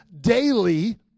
daily